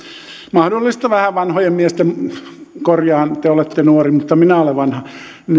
mahdollista vähän vanhojen miesten korjaan te te olette nuori mutta minä olen vanha